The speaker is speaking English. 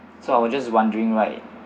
so I was just wondering right